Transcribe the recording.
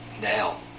now